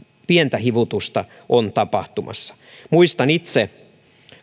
pientä hivutusta on tapahtumassa muistan itse